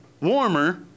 warmer